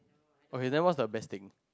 okay that was the best thing